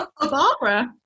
Barbara